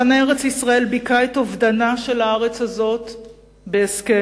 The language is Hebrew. מחנה ארץ-ישראל ביכה את אובדנה של הארץ הזאת בהסכם,